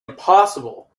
impossible